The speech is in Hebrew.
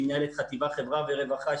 מנהלת חטיבה חברה ורווחה,